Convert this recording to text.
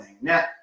Now